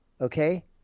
okay